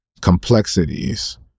complexities